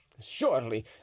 surely